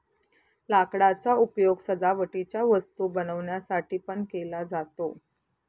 लाकडाचा उपयोग सजावटीच्या वस्तू बनवण्यासाठी पण केला जातो